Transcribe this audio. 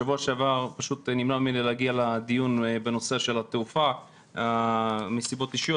בשבוע שעבר פשוט נמנע ממני להגיע לדיון בנושא של התעופה מסיבות אישיות.